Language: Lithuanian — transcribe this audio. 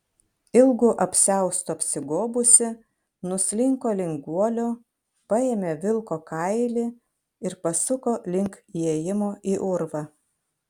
ilgu apsiaustu apsigobusi nuslinko link guolio paėmė vilko kailį ir pasuko link įėjimo į urvą